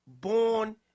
born